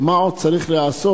3. מה עוד צריך להיעשות?